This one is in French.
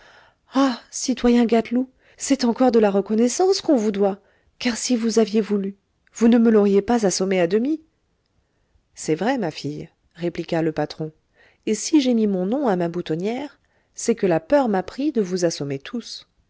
ah citoyen gâteloup c'est encore de la reconnaissance qu'on vous doit car si vous aviez voulu vous ne me l'auriez pas assommé à demi c'est vrai ma fille répliqua le patron et si j'ai mis mon nom à ma boutonnière c'est que la peur m'a pris de vous assommer tous